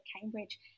Cambridge